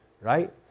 right